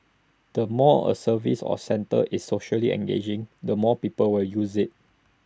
the more A service or centre is socially engaging the more people will use IT